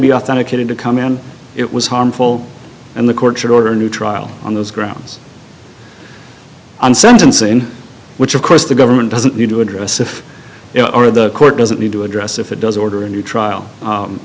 be authenticated to come and it was harmful and the court should order a new trial on those grounds on sentencing which of course the government doesn't need to address if they are the court doesn't need to address if it does order a new trial